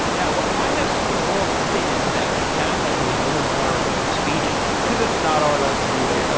yeah. why hasn't the world updated to that one? it sounded like it was a little more speedy? because it's not all that speedy. ah